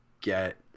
get